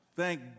thank